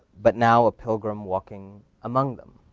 but now a pilgrim walking among them?